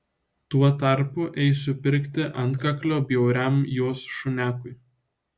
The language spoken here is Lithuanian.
tuo tarpu eisiu pirkti antkaklio bjauriam jos šunėkui